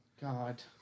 God